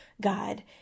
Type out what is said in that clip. God